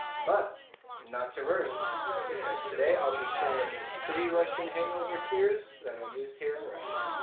but not to worry because today i'll be showing you three russian hangover cures that are used here in russia.